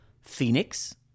Phoenix